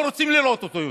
לא רוצים לראות אותו יותר.